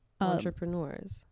entrepreneurs